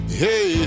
hey